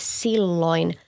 silloin